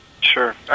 sure